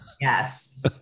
Yes